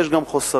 יש גם חסרים,